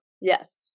Yes